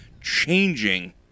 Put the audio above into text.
changing